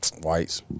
Whites